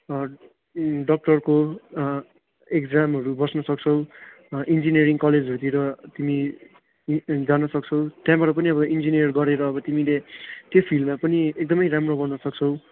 डाक्टरको इक्जामहरू बस्न सक्छौ इन्जिनियरिङ कलेजहरूतिर तिमी जानु सक्छौ त्यहाँबाट पनि अब इन्जिनियर गरेर अब तिमीले त्यो फिल्डमा पनि एकदमै राम्रो गर्न सक्छौ